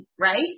right